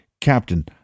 Captain